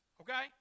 okay